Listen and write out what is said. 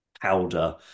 powder